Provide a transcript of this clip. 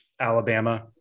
Alabama